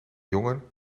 jongen